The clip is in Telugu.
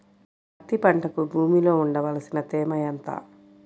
పత్తి పంటకు భూమిలో ఉండవలసిన తేమ ఎంత?